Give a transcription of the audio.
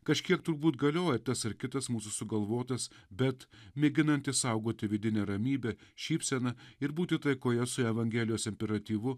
kažkiek turbūt galioja tas ar kitas mūsų sugalvotas bet mėginanti saugoti vidinę ramybę šypseną ir būti taikoje su evangelijos imperatyvu